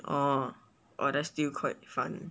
orh that's still quite fun